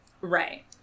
right